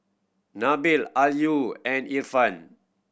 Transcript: Nabil Ayu and Irfan